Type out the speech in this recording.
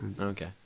okay